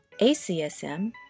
ACSM